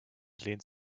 lehnt